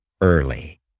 early